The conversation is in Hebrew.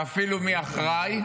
ואפילו מי אחראי,